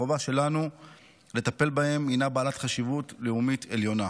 החובה שלנו לטפל בהם הינה בעלת חשיבות לאומית עליונה.